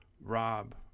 Rob